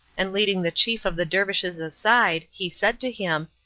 and leading the chief of the dervishes aside, he said to him,